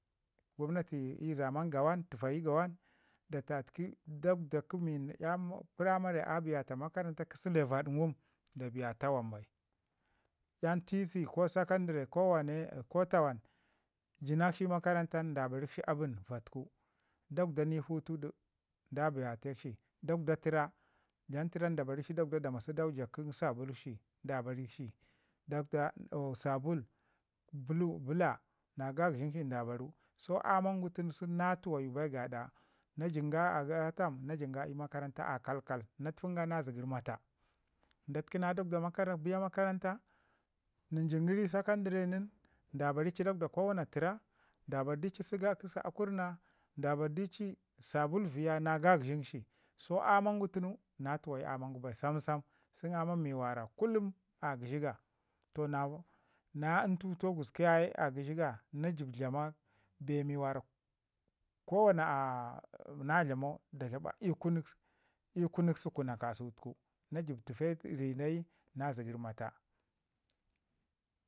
Gwamnati ii zamann Gowon tufayi Gowon da tatki dakwda mi kə yan primary a biyata makaranta kə sule vaɗ ngum dabiyata wan bai yan te ko secondary ko wanne da biyata wan bai, jinakshi makarantan da barikshi abən i vatku dakwda ni putu da biyatekshi, dakwda təra dlam təran da barikshi dakwda kə da amsidu sabil shi da barikshi subul blue bəla na gogənshi da baru toh aman gu sun na tuwayu bai gaɗa na jin ga ii tam, na jin ga ii makaranta a kalkal na tufin ga na zəgər mata. Da təkina dakwa biya makaranta, nən jiun gəri secondary nin da ba ri ci dakwda ko wana təra, da bardici səga kə sa akurna, da bardici subul viya na gagəshishi. So amman go tunu na tuwayu aman gu bai, sən aman mi wara kullum a gəshi ga to na ntutuwau gusku yaye a gəshi ga na jib bee mi wara kullum ko wana na dlamau ii kunuk sukuna nu jib tufe ri dai na zəgər mata